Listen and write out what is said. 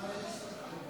מה יש לך לומר?